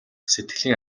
сэтгэлийн